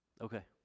Okay